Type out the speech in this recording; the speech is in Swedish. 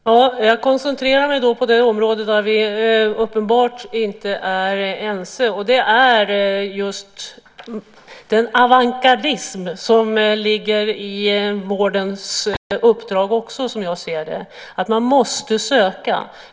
Herr talman! Då koncentrerar jag mig på det område där vi uppenbart inte är överens. Det handlar om den avantgardism som också ligger i vårdens uppdrag, som jag ser det, nämligen att man måste söka.